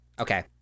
Okay